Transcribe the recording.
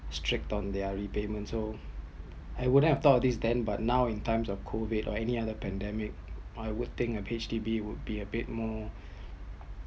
strict on their repayment so I wouldn't have thought of this then but now in times of COVID or any other pandemic I would think HDB would be a bit more